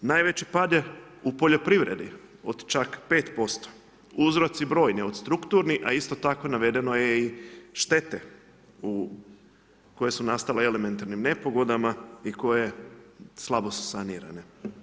Najveći pad je u poljoprivredi od čak 5%, uzroci brojni od strukturnih, a isto tako navedeno je i štete koje su nastale elementarnih nepogoda i koje su slabo sanirane.